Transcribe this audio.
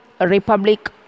republic